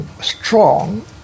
strong